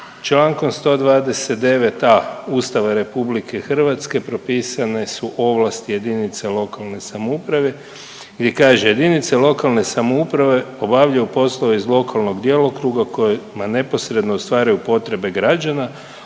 Člankom 129a. Ustava RH propisane su ovlasti jedinica lokalne samouprave, gdje kaže jedinice lokalne samouprave obavljaju poslove iz lokalnog djelokruga kojima neposredno ostvaruju potrebe građana,